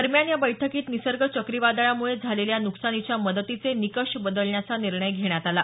दरम्यान या बैठकीत निसर्ग चक्रीवादळामुळे झालेल्या नुकसानीच्या मदतीचे निकष बदलण्याचा निर्णय घेण्यात आला